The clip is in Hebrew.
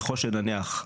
ככל שנניח,